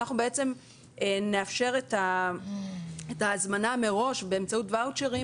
אנחנו בעצם נאפשר את ההזמנה מראש באמצעות ואוצ'רים